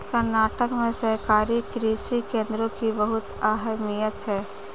कर्नाटक में सहकारी कृषि केंद्रों की बहुत अहमियत है